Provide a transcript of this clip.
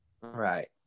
Right